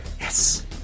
yes